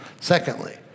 Secondly